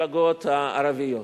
במפלגות הערביות.